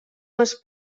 les